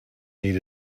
need